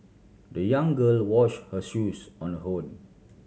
the young girl washed her shoes on her own